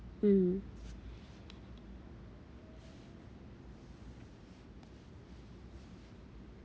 mm